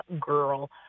girl